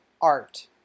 art